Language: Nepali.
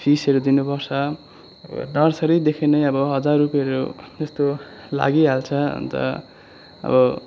फिसहरू दिनुपर्छ नर्सरीदेखि नै अब हजार रुपियाँहरू त्यस्तो लागिहाल्छ अन्त अब